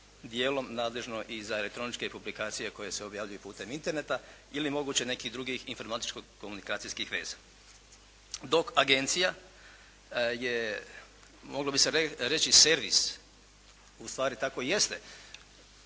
dijelom nadležno i za elektroničke publikacije koje se objavljuju putem Interneta ili moguće nekih drugih informatičko-komunikacijskih veza. Dok agencija je, moglo bi se reći servis. Ustvari tako i jeste.